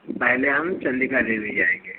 पहले हम चंडिका देवी जाएँगे